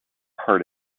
heart